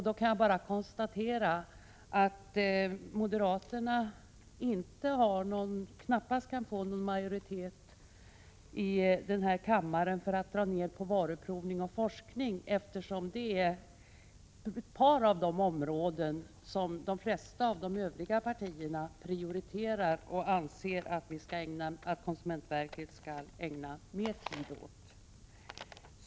Då kan jag bara konstatera att moderaterna knappast kan få någon majoritet i denna kammare för att dra ner på varuprovning och forskning, eftersom det är ett par av de områden som de flesta i de övriga partierna prioriterar och anser att konsumentverket skall ägna mer tid åt.